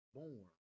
born